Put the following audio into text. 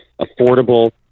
affordable